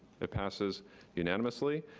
it passes unanimously.